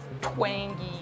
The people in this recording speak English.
twangy